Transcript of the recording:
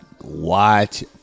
watch